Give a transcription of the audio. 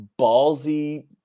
ballsy